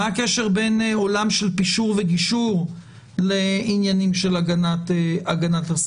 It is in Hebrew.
מה הקשר בין עולם של פישור וגישור לעניינים של הגנת הסביבה.